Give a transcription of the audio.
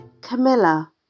Camilla